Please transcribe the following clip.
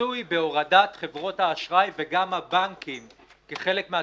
מצוי בהורדת חברות האשראי וגם הבנקים כי חלק מן